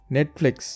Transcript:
Netflix